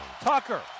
Tucker